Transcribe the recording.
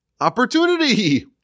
opportunity